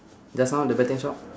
just now the betting shop